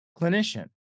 clinician